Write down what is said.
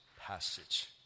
passage